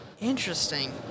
Interesting